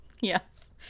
yes